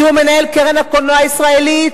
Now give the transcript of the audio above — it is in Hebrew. שהוא מנהל קרן הקולנוע הישראלית?